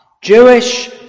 Jewish